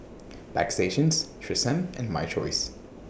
Bagstationz Tresemme and My Choice